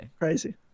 crazy